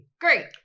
Great